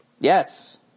Yes